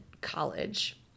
College